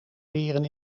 leren